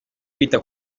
kwita